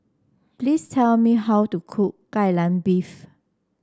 please tell me how to cook Kai Lan Beef